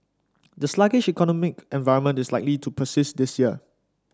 the sluggish economic environment is likely to persist this year